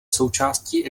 součástí